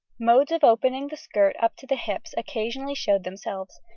modes of opening the skirt up to the hips occasionally showed themselves,